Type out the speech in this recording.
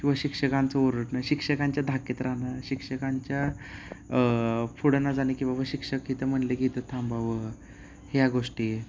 किंवा शिक्षकांचं ओरडणं शिक्षकांच्या धाकात राहणं शिक्षकांच्या पुढं ना जाणे की बाबा शिक्षक इथं म्हटले की इथं थांबावं ह्या गोष्टी